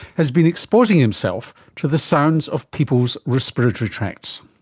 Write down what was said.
has been exposing himself to the sounds of people's respiratory tracts.